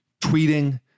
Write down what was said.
tweeting